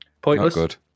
pointless